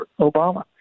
Obama